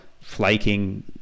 flaking